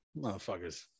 Motherfuckers